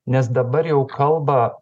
nes dabar jau kalba